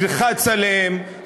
ילחץ עליהם,